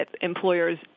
employers